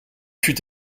fut